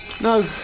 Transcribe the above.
No